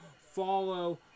follow